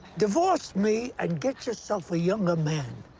divorce me and get yourself a younger man.